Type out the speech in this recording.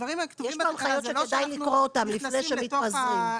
יש פה הנחיות שכדאי לקרוא אותן לפני שמתפזרים.